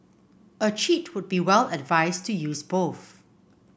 a cheat would be well advised to use both